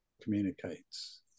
Communicates